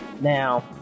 Now